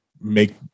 make